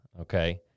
okay